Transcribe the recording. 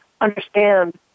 understand